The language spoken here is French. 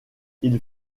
ils